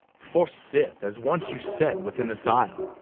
for sith, as once you said, within this isle,